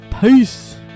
Peace